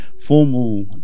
formal